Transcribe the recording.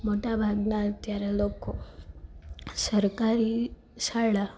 મોટા ભાગના અત્યારે લોકો સરકારી શાળા